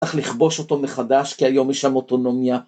צריך לכבוש אותו מחדש כי היום יש שם אוטונומיה.